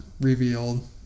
revealed